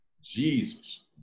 Jesus